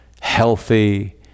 healthy